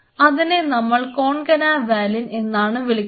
അതിനെ നമ്മൾ കോൺകനാ വാലിൻ എ എന്നാണ് വിളിക്കുന്നത്